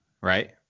Right